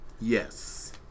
yes